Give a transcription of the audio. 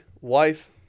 wife